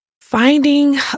finding